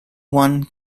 one